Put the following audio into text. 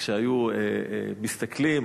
כשהיו מסתכלים,